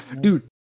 Dude